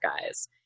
guys